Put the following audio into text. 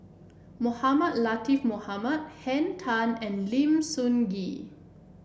Mohamed Latiff Mohamed Henn Tan and Lim Sun Gee